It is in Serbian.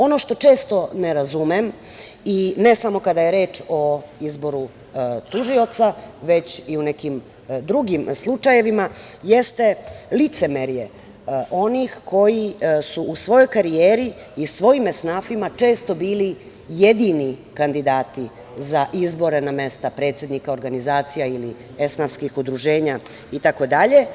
Ono što često ne razumem i ne samo kada je reč o izboru tužioca, već i u nekim drugim slučajevima, jeste licemerje onih koji su u svojoj karijeri i svojim esnafima često bili jedini kandidati za izbore na mesta predsednika organizacija ili esnafskih udruženja, itd.